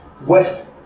West